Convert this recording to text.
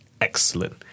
excellent